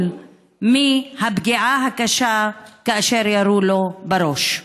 הרפואי לפגיעה הקשה כאשר ירו לו בראש.